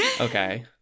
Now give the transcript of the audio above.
Okay